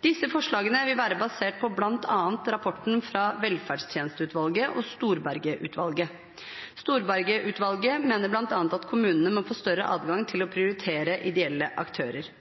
Disse forslagene vil være basert på bl.a. rapportene fra velferdstjenesteutvalget og Storberget-utvalget. Storberget-utvalget mener bl.a. at kommunene må få større adgang til å prioritere ideelle aktører.